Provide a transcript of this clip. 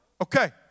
Okay